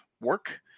work